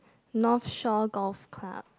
North Shore Golf Club